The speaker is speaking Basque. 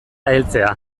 heltzea